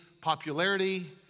popularity